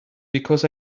because